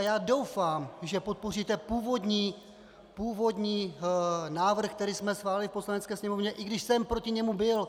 Já doufám, že podpoříte původní návrh, který jsme schválili v Poslanecké sněmovně, i když jsem proti němu byl.